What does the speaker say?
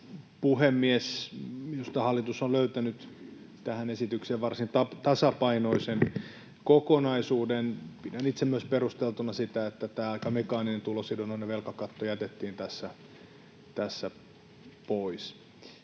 puhemies! Minusta hallitus on löytänyt tähän esitykseen varsin tasapainoisen kokonaisuuden. Pidän itse perusteltuna myös sitä, että tämä aika mekaaninen tulosidonnainen velkakatto jätettiin tästä pois.